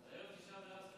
הערב תשעה באב, צריכים,